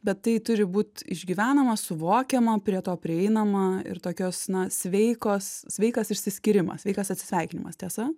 bet tai turi būt išgyvenama suvokiama prie to prieinama ir tokios na sveikos sveikas išsiskyrimas sveikas atsisveikinimas tiesa